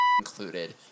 included